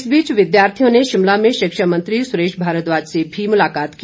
इस बीच विद्यार्थियों ने शिमला में शिक्षा मंत्री सुरेश भारद्वाज से भी मुलाकात की